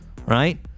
Right